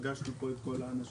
פגשנו פה את כל האנשים.